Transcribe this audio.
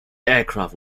aircraft